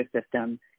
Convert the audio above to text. system